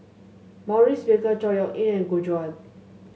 Maurice Baker Chor Yeok Eng and Gu Juan